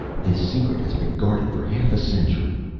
this secret has been guarded for half a century,